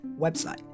website